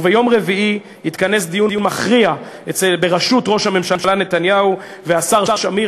וביום רביעי יתכנס דיון מכריע בראשות ראש הממשלה נתניהו והשר שמיר,